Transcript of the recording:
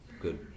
good